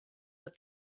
but